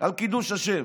על קידוש השם,